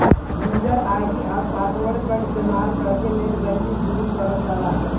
user ID आउर password क इस्तेमाल कइके नेटबैंकिंग शुरू करल जाला